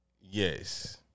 Yes